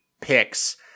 picks